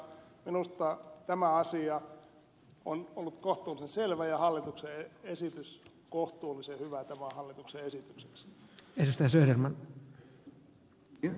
minusta tämä asia on ollut kohtuullisen selvä ja hallituksen esitys kohtuullisen hyvä tämän hallituksen esitykseksi